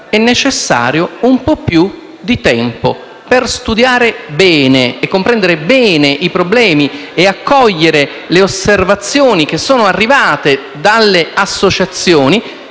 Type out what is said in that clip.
è necessario un po' più di tempo. Per studiare e comprendere bene i problemi e accogliere le osservazioni arrivate dalle associazioni